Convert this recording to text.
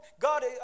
God